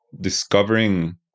discovering